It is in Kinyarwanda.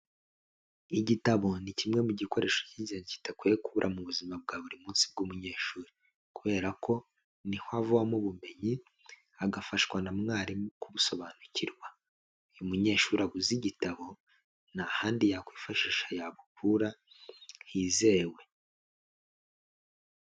Igitabo ni kimwe mu gikoresho k'ingenzi kidakwiye kubura mu buzima bwa buri munsi bw'umunyeshuri kubera ko niho havamo ubumenyi, agafashwa na mwarimu kubusobanukirwa, iyo munyeshuri abuze igitabo, nta handi yakwifashisha yabukura hizewe.